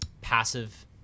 passive